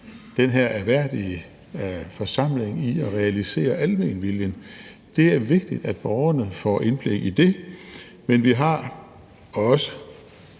den her ærværdige forsamling i at realisere almenviljen? Det er vigtigt, at borgerne får indblik i det, men vi har også,